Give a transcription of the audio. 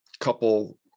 couple